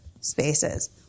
spaces